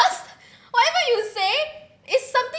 because whatever you say is something